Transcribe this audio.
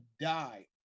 die